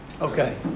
Okay